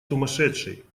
сумасшедший